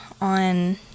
on